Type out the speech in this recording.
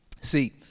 See